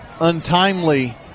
untimely